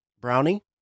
brownie